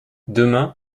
demain